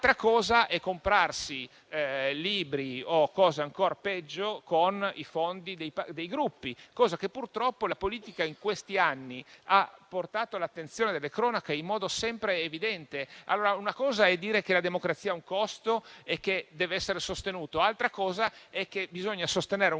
Altra cosa è comprare libri o cose peggiori con i fondi dei Gruppi, cosa che, purtroppo, la politica in questi anni ha portato all'attenzione delle cronache in modo sempre evidente. Una cosa è dire che la democrazia ha un costo e che questo deve essere sostenuto. Altra cosa è che bisogna sostenere un costo